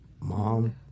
mom